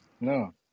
No